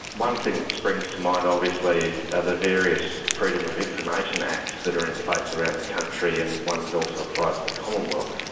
one thing that springs to mind, obviously, are the various freedom of information acts that are in place around the country, and one that also applies to the commonwealth,